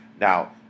Now